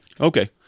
Okay